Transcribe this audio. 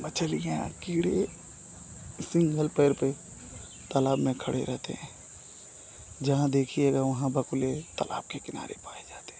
मछलियाँ कीड़े सिंगल पैर पर तलाब में खड़े रहते हैं जहाँ देखिएगा वहाँ बगुले तलाब के किनारे पाए जाते हैं